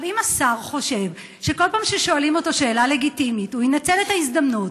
אם השר חושב שבכל פעם ששואלים אותו שאלה לגיטימית הוא ינצל את ההזדמנות,